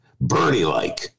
Bernie-like